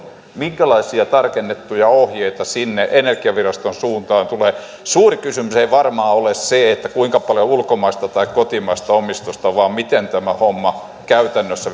minkälaisia tarkennettuja ohjeita sinne energiaviraston suuntaan tulee suuri kysymys ei varmaan ole se kuinka paljon on ulkomaista tai kotimaista omistusta vaan miten tämä homma käytännössä